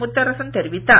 முத்தரசன் தெரிவித்தார்